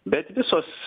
bet visos